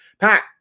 Pat